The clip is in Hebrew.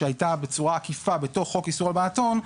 שהייתה בצורה עקיפה בתוך חוק איסור הלבנת הון,